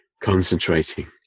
concentrating